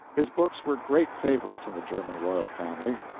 his books were great favorites in the german royal family.